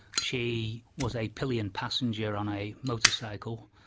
she was a pillion passenger on a motorcycle.